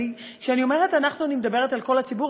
וכשאני אומרת "אנחנו" אני מדברת על כל הציבור,